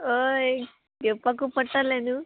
होय घेवपाकू पडटाले न्हू